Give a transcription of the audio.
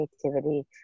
creativity